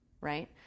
right